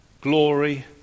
glory